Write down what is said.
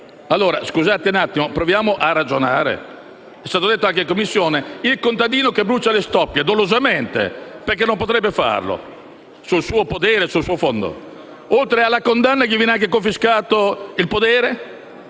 Allora, scusate, proviamo a ragionare: come è stato detto anche in Commissione, al contadino che brucia le stoppie - dolosamente, perché non potrebbe farlo - sul suo podere o sul suo fondo, oltre alla condanna, viene anche confiscato il podere,